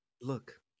Look